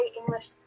english